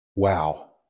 Wow